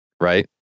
right